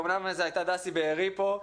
אמנם זאת הייתה דסי בארי פה,